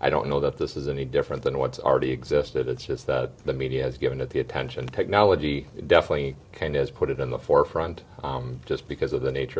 i don't know that this is any different than what's already existed it's just the media has given it the attention technology definitely kind as put it in the forefront just because of the nature